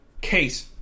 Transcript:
Case